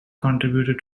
contributor